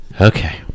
Okay